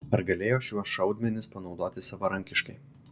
ar galėjo šiuos šaudmenis panaudoti savarankiškai